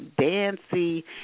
Dancy